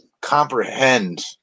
comprehend